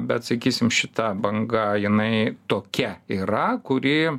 bet sakysim šita banga jinai tokia yra kuri